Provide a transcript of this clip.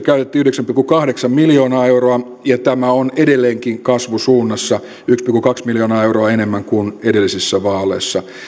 käytettiin yhteensä yhdeksän pilkku kahdeksan miljoonaa euroa ja tämä on edelleenkin kasvusuunnassa yksi pilkku kaksi miljoonaa euroa enemmän kuin edellisissä vaaleissa